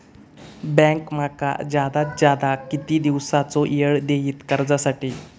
Bank माका जादात जादा किती दिवसाचो येळ देयीत कर्जासाठी?